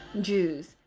Jews